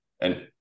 And-